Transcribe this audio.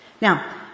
Now